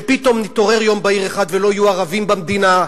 שפתאום נתעורר יום בהיר אחד ולא יהיו ערבים במדינה,